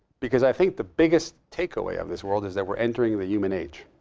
because i think the biggest takeaway of this world is that we're entering the human age.